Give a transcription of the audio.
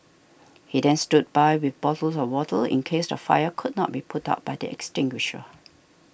he then stood by with bottles of water in case the fire could not be put out by the extinguisher